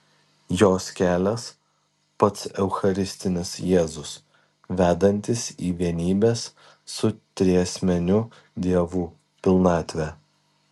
jos kelias pats eucharistinis jėzus vedantis į vienybės su triasmeniu dievu pilnatvę